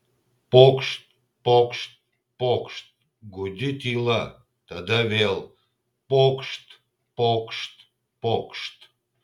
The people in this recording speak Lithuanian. pokšt pokšt pokšt gūdi tyla tada vėl pokšt pokšt pokšt